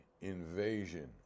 invasion